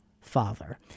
Father